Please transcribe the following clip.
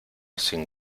sin